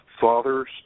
father's